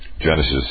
Genesis